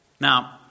Now